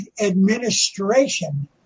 Administration